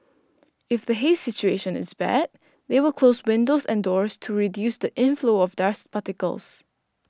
if the haze situation is bad they will close windows and doors to reduce the inflow of dust particles